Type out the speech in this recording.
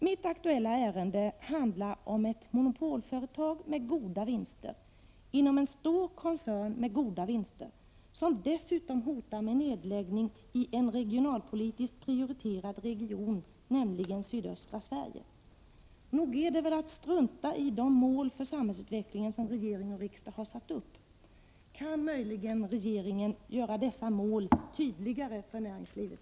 Mitt aktuella ärende handlar om ett monopolföretag med goda vinster inom en stor koncern med goda vinster, som dessutom hotar med nedläggningi en regionalpolitiskt prioriterad region, nämligen sydöstra Sverige. Nog är det väl att strunta i de mål för samhällsutvecklingen som regering och riksdag har satt upp. Kan möjligen regeringen göra dessa mål tydligare för näringslivet?